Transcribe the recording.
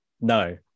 no